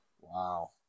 Wow